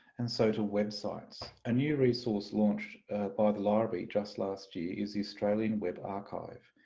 and so to websites. a new resource launched by the library just last year is the australian web archive,